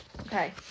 Okay